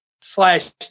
slash